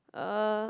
uh